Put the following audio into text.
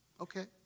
Okay